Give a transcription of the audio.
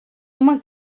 uma